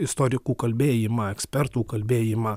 istorikų kalbėjimą ekspertų kalbėjimą